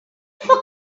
for